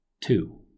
Two